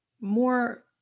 more